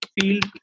field